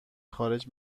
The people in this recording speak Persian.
خارج